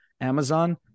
Amazon